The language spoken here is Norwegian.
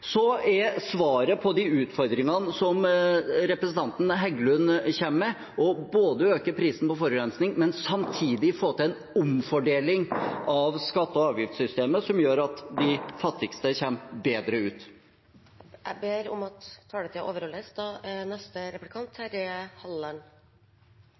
Så svaret på de utfordringene som representanten Heggelund kommer med, er både å øke prisen på forurensning og samtidig få til en omfordeling av skatte- og avgiftssystemet, som gjør at de fattigste kommer bedre ut. Jeg ber om at taletiden overholdes. Kamerat Haltbrekken og SV er